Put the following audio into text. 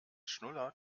schnuller